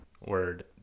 Word